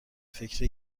فکر